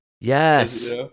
Yes